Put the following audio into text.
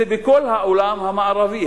זה בכל העולם המערבי,